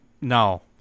No